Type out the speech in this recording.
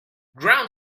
ground